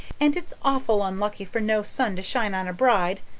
and it's awful unlucky for no sun to shine on a bride,